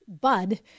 Bud